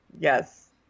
Yes